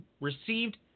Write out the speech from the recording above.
received